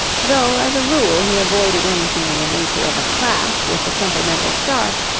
though as a rule he avoided anything in the nature of a clash with the temperamental star,